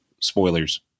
spoilers